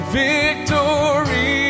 victory